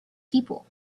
people